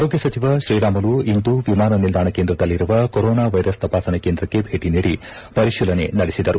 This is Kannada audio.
ಆರೋಗ್ಯ ಸಚಿವ ಶ್ರೀರಾಮುಲು ಇಂದು ವಿಮಾನ ನಿಲ್ದಾಣ ಕೇಂದ್ರದಲ್ಲಿರುವ ಕೊರೋನಾ ವೈರಸ್ ತಪಾಸಣೆ ಕೇಂದ್ರಕ್ಕೆ ಭೇಟ ನೀಡಿ ಪರಿಶೀಲನೆ ನಡೆಸಿದರು